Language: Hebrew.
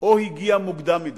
או הגיע מוקדם מדי.